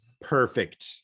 Perfect